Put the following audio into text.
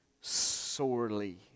sorely